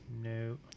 No